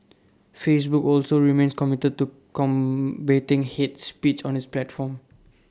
Facebook also remains committed to combating hate speech on its platform